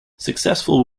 successful